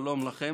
שלום לכם.